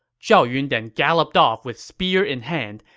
zhao yun then galloped off with spear in hand,